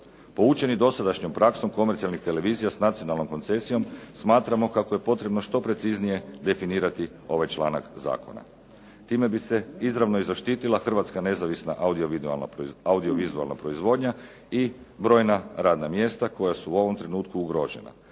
Poučeni dosadašnjom praksom komercijalnih televizija s nacionalnom koncesijom smatramo kako je potrebno što preciznije definirati ovaj članak zakona. Time bi se izravno i zaštitila hrvatska nezavisna audio-vizualna proizvodnja i brojna radna mjesta koja su u ovom trenutku ugrožena,